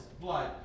blood